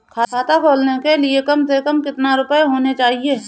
खाता खोलने के लिए कम से कम कितना रूपए होने चाहिए?